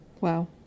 wow